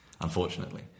unfortunately